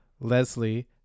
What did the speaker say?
Leslie